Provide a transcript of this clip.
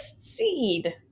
seed